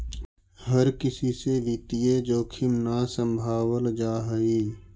हर किसी से वित्तीय जोखिम न सम्भावल जा हई